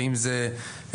ואם זה רצידיביזם,